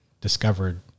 discovered